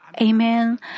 Amen